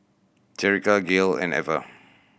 Jerica Gale and Ever